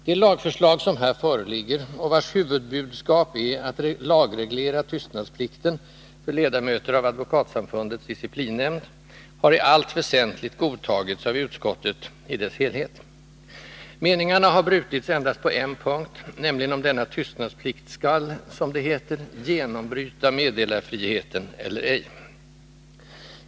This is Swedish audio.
Det lagförslag som här föreligger, och vars huvudbudskap är att lagreglera tystnadsplikten för ledamöter av advokatsamfundets disciplinnämnd, har i allt väsentligt godtagits av utskottet i dess helhet. Meningarna har brutits endast på en punkt — nämligen om denna tystnadsplikt skall, som det heter, ”genombryta” meddelarfriheten eller ej.